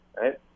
right